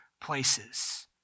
places